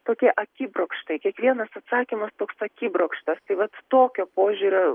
tokie akibrokštai kiekvienas atsakymas toks akibrokštas tai vat tokio požiūrio